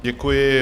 Děkuji.